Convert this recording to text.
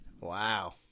Wow